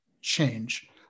change